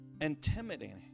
intimidating